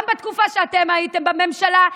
גם בתקופה שאתם הייתם בממשלה,